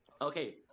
Okay